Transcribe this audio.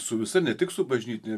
su visa ne tik su bažnytine